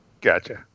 Gotcha